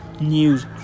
News